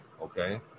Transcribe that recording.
okay